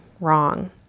Wrong